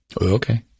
Okay